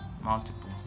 Multiple